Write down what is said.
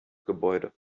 gebäude